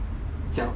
jiao